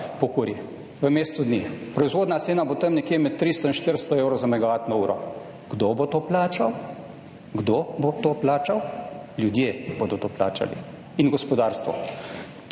v mesecu dni. Proizvodna cena bo tam nekje med 300 in 400 evrov za megavatno uro. Kdo bo to plačal, kdo bo to plačal? Ljudje bodo to plačali in gospodarstvo.